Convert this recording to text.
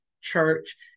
church